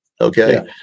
Okay